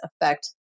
affect